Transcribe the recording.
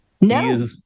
No